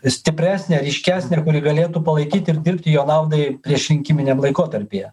stipresnę ryškesnę kuri galėtų palaikyt ir dirbti jo naudai priešrinkiminiam laikotarpyje